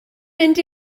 mynd